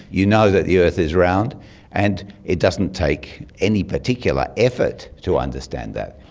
you know that the earth is round and it doesn't take any particular effort to understand that.